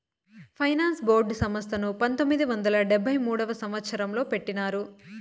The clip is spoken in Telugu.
ఫైనాన్స్ బోర్డు సంస్థను పంతొమ్మిది వందల డెబ్భై మూడవ సంవచ్చరంలో పెట్టినారు